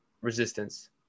resistance